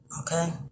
Okay